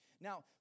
Now